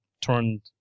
turned